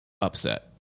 upset